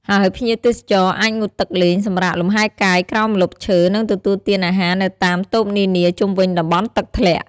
ហើយភ្ញៀវទេសចរអាចងូតទឹកលេង សម្រាកលំហែកាយក្រោមម្លប់ឈើ និងទទួលទានអាហារនៅតាមតូបនានាជុំវិញតំបន់ទឹកធ្លាក់។